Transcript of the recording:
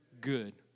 good